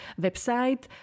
website